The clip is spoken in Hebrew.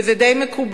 וזה די מקובל,